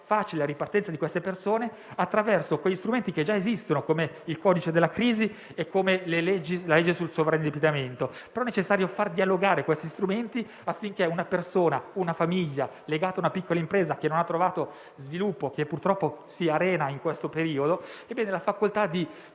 facile la ripartenza di queste persone, attraverso strumenti che già esistono, come il codice della crisi d'impresa e la legge sul sovra indebitamento. È però necessario far dialogare questi strumenti, affinché una famiglia legata a una piccola impresa, che non ha trovato sviluppo e che purtroppo si arena in questo periodo, abbia la facoltà di